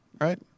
right